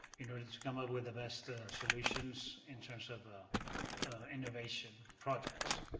in order to to come up with the best solutions, in terms of ah innovation project.